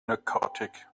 narcotic